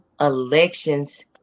elections